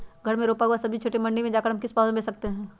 घर पर रूपा हुआ सब्जी छोटे मंडी में जाकर हम किस भाव में भेज सकते हैं?